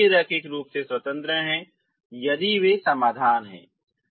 वे सभी रैखिक रूप से स्वतंत्र हैं यदि वे समाधान हैं